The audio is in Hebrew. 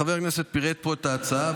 חבר הכנסת פירט פה את ההצעה.